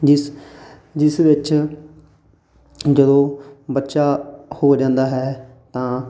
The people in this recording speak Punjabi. ਜਿਸ ਜਿਸ ਵਿੱਚ ਜਦੋਂ ਬੱਚਾ ਹੋ ਜਾਂਦਾ ਹੈ ਤਾਂ